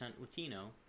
Latino